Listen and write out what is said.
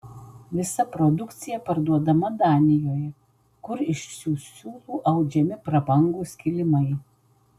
visa produkcija parduodama danijoje kur iš šių siūlų audžiami prabangūs kilimai